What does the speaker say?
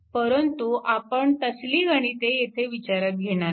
परंतु आपण तसली गणिते येथे विचारात घेणार नाही